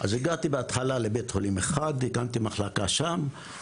מעבר לברכות האלה אני חושב שזאת הפעם הרביעית או